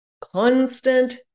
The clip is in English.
constant